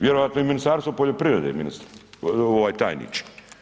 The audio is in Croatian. Vjerojatno i Ministarstvo poljoprivrede ministre, ovaj tajniče.